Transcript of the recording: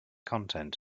content